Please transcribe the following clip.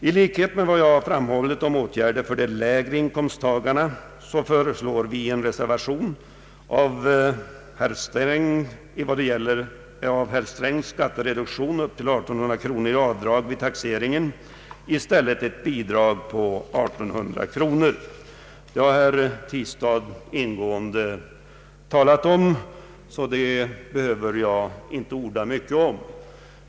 I likhet med vad jag framhållit om åtgärder för låginkomsttagarna föreslår vi i en reservation som gäller den av herr Sträng föreslagna skattereduktionen — d. v. s. ett avdrag på upp till 1800 kronor vid taxeringen — i stället ett bidrag på 1800 kronor. Herr Tistad har ingående talat därom, och jag behöver inte orda mycket om vårt förslag.